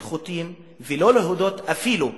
נחותים, ולא להודות אפילו בקיומם.